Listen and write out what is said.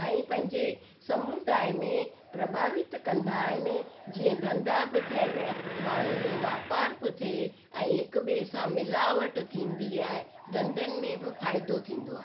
ऐं पंहिंजे समुदाय में प्रभावित कंदा आहिनि जीअं धंधा बि थियनि माण्हुनि जो वापार बि थिए ऐं हिक ॿिए सां मिलावट थींदी आहे धंधनि में बि फ़ाइदो थींदो आहे